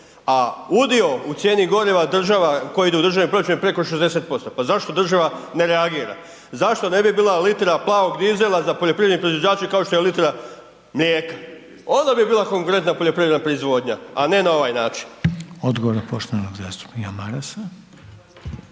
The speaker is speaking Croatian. a udio u cijeni goriva, država, koji ide u državni proračun je preko 60%. Pa zašto država ne reagira? Zašto ne bi bila litra plavog dizela za poljoprivredne proizvođače kao što je litra mlijeka? Onda bi bila konkurentna poljoprivredna proizvodnja, a ne na ovaj način. **Reiner, Željko (HDZ)** Odgovor poštovanog zastupnika Marasa.